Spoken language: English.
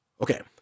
Okay